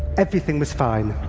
everything was fine.